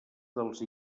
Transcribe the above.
dels